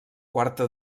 quarta